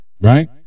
right